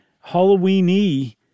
Halloween-y